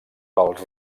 pels